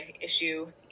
issue